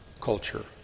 culture